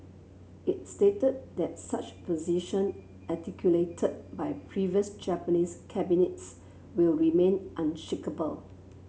it stated that such position articulated by previous Japanese cabinets will remain unshakeable